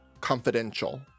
Confidential